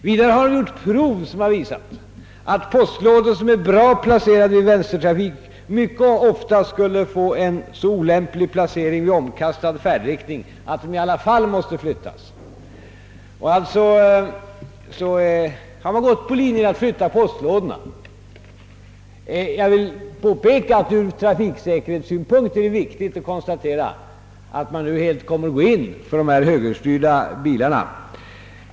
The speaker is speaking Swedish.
Vidare har man gjort prov som har visat att postlådor som är bra placerade i vänstertrafik ofta skulle få en så olämplig placering vid omkastad färdriktning, att de i alla fall måste flyttas. Därför har man gått in för att flytta postlådorna. Jag vill påpeka att ur trafiksäkerhetssynpunkt är det viktigt att konstatera, att man helt kommer att gå in för de högerstyrda bilarna.